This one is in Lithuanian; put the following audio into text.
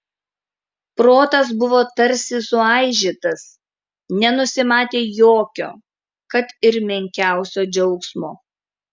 protas buvo tarsi suaižytas nenusimatė jokio kad ir menkiausio džiaugsmo